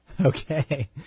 Okay